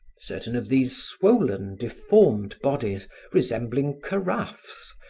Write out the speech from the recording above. certain of these swollen, deformed bodies resembling carafes,